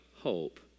Hope